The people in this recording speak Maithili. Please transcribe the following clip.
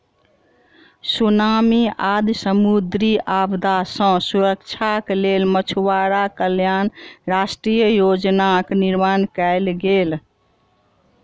सुनामी आदि समुद्री आपदा सॅ सुरक्षाक लेल मछुआरा कल्याण राष्ट्रीय योजनाक निर्माण कयल गेल